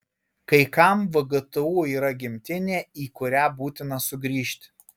kai kam vgtu yra gimtinė į kurią būtina sugrįžti